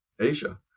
Asia